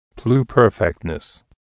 pluperfectness